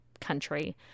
country